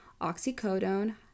oxycodone